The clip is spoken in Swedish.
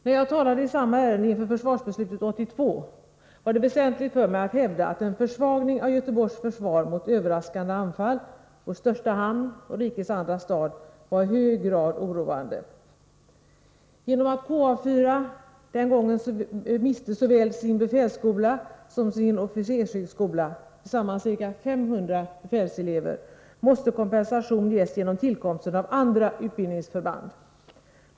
När jag talade i samma ärende inför försvarsbeslutet 1982 var det väsentligt för mig att hävda att en försvagning av Göteborgs försvar mot överraskande anfall — Göteborg är ju vår största hamn och rikets andra stad — var i hög grad oroande. Genom att KA 4 den gången miste såväl sin befälsskola som sin officershögskola — tillsammans ca 500 befälselever — måste kompensation ges genom tillkomsten av andra utbildningsförband.